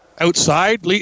outside